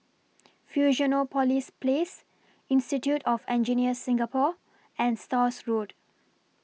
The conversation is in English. Fusionopolis Place Institute of Engineers Singapore and Stores Road